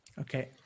okay